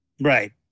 Right